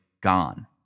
gone